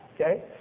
Okay